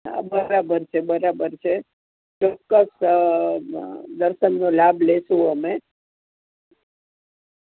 હા બરાબર છે બરાબર છે ચોક્કસ દર્શનનો લાભ લઈશું અમે